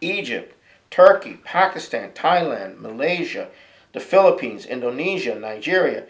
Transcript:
egypt turkey pakistan thailand malaysia the philippines indonesia nigeria